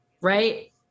Right